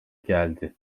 geldi